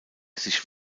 sich